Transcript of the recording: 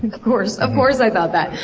of of course, of course i thought that.